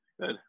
Good